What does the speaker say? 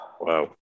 Wow